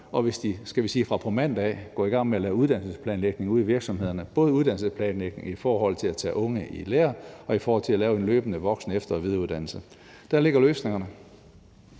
vi sige fra på mandag, går i gang med at lave uddannelsesplanlægning ude i virksomhederne, både uddannelsesplanlægning i forhold til at tage unge i lære og i forhold til at lave en løbende voksen- og efter- og videreuddannelse. Der ligger løsningerne.